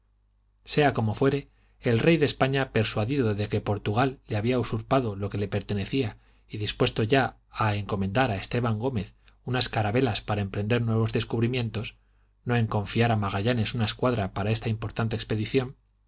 sea como fuere el rey de españa persuadido de que portugal le había usurpado lo que le pertenecía y dispuesto ya a encomendar a esteban gómez unas carabelas para emprender nuevos descubrimientos no en confiar a magallanes una escuadra para esta importante expedición